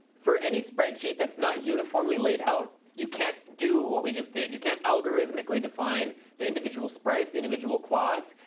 for any sprite sheet that's not uniformly laid out, you can't do what we just did. you can't algorithmically define the individual sprites, the individual quads,